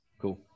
Cool